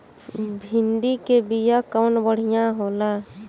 भिंडी के बिया कवन बढ़ियां होला?